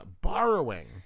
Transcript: borrowing